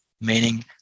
meaning